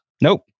Nope